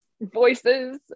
voices